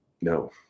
No